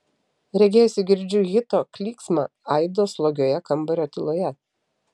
regėjosi girdžiu hito klyksmo aidą slogioje kambario tyloje